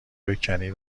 بکنی